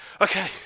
Okay